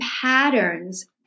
patterns